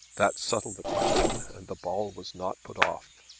that settled the question and the ball was not put off.